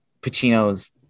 Pacino's